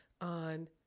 on